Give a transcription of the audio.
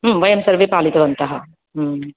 वयं सर्वे पालितवन्तः